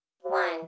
one